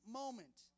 moment